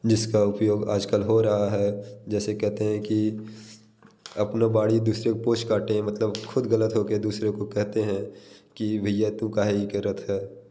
जिसका उपयोग आज कल हो रहा है जैसे कहते हैं कि अपना बाड़ी दूसरे के पोंछ काटे मतलब ख़ुद गलत होकर दूसरे को कहते हैं कि भइया तू काहे ई करत है